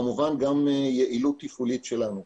וכמובן גם יעילות תפעולית שלנו.